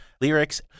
lyrics—